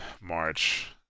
March